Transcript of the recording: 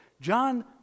John